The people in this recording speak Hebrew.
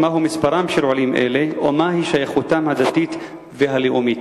מהו מספרם של עולים אלה ומהי שייכותם הדתית והלאומית?